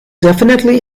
definitely